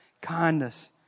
kindness